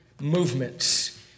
movements